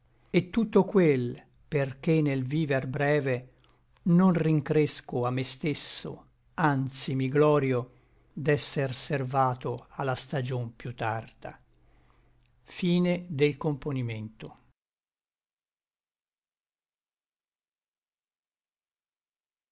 e tutto quel per che nel viver breve non rincresco a me stesso anzi mi glorio d'esser servato a la stagion piú tarda